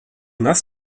nas